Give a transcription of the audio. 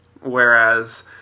Whereas